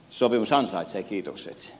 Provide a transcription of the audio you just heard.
sopimus ansaitsee kiitokset